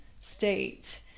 state